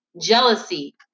Jealousy